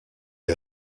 est